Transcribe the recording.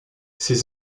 ses